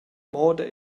moda